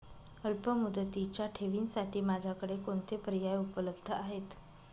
अल्पमुदतीच्या ठेवींसाठी माझ्याकडे कोणते पर्याय उपलब्ध आहेत?